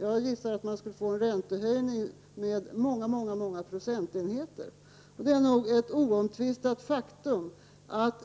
Jag gissar att det skulle bli en räntehöjning med många, många procentenheter. Det är nog ett oomtvistat faktum att